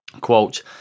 quote